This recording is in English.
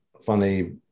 funny